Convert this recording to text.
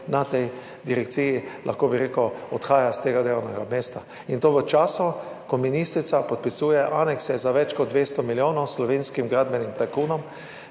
na tej direkciji odhaja s tega delovnega mesta. In to v času, ko ministrica podpisuje anekse za več kot 200 milijonov slovenskim gradbenim tajkunom,